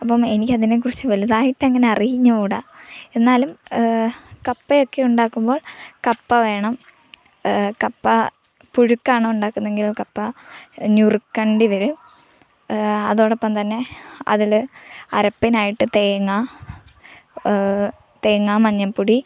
അപ്പം എനിക്ക് അതിനെക്കുറിച്ച് വലുതായിട്ട് അങ്ങനെ അറിഞ്ഞുകൂട എന്നാലും കപ്പയൊക്കെ ഉണ്ടാക്കുമ്പോൾ കപ്പ വേണം കപ്പ പുഴുക്കാണ് ഉണ്ടാക്കുന്നതെങ്കിൽ കപ്പ നുറുക്കേണ്ടി വരും അതോടൊപ്പം തന്നെ അതിൽ അരപ്പിനായിട്ട് തേങ്ങാ തേങ്ങാ മഞ്ഞൾപ്പൊടി